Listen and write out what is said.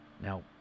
Now